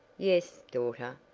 yes, daughter,